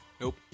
Nope